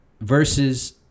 versus